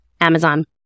Amazon